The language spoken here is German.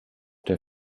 der